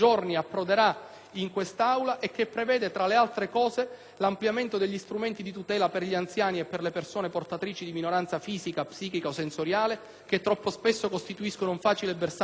in quest'Aula, che prevede, tra l'altro: l'ampliamento degli strumenti di tutela per gli anziani e per le persone portatrici di minorazione fisica, psichica o sensoriale, che troppo spesso costituiscono un facile bersaglio per i criminali;